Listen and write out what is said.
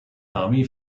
army